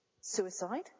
suicide